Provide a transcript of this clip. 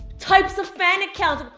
types of fan accounts,